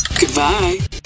Goodbye